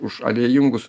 už aliejingus